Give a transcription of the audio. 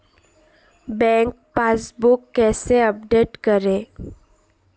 Bank passbook कैसे update करें?